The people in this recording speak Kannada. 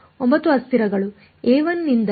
9 ಅಸ್ಥಿರಗಳು a1 ನಿಂದ a9 ಗೆ ನನ್ನ ಅಸ್ಥಿರಗಳಾಗಿವೆ